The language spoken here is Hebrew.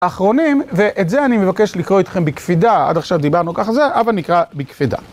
אחרונים, ואת זה אני מבקש לקרוא אתכם בקפידה, עד עכשיו דיברנו כך זה, הבא נקרא בקפידה.